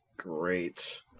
Great